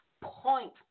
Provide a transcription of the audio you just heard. point